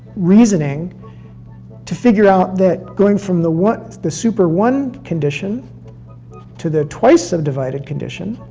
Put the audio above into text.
reasoning to figure out that going from the one, the super one condition to the twice subdivided condition,